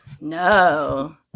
No